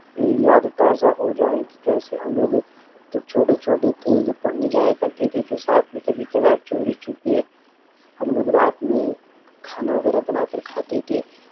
یاد تازہ ہو جائیں کہ کیسے ہم لوگ جب چھوٹے چھوٹے تھے جب پڑھنے جایا کرتے تھے تو ساتھ میں کبھی کبھار چوری چھپ کے ہم لوگ رات میں کھانا وغیرہ بنا کر کھاتے تھے